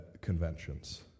conventions